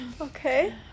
okay